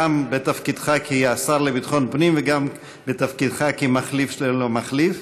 גם בתפקידך כשר לביטחון פנים וגם בתפקידך כמחליף של מחליף.